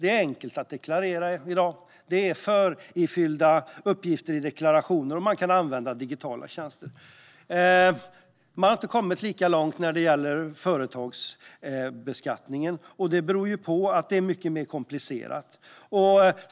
Det är enkelt att deklarera i dag med förifyllda uppgifter i deklarationen, och man kan använda digitala tjänster. Man har inte kommit lika långt när det gäller företagsbeskattningen. Det beror på att den är mycket mer komplicerad.